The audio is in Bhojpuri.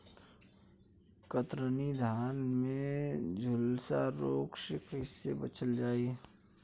कतरनी धान में झुलसा रोग से कइसे बचल जाई?